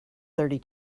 thirty